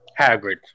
Hagrid